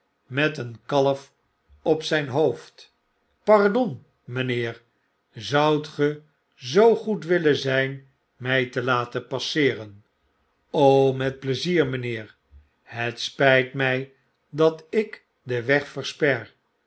met een kalf op zijn hoofd pardon mynheer zoudt ge zoo goed willen zijn mij te laten passeeren met pleizier mynheer het spyt my dat ik den weg versper